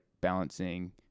balancing